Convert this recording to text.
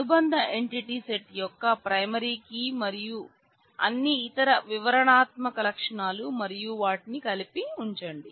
అనుబంధ entity set యొక్క primary key మరియు అన్ని ఇతర వివరణాత్మక లక్షణాలు మరియు వాటిని కలిపి ఉంచండి